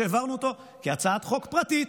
שהעברנו כהצעת חוק פרטית,